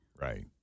Right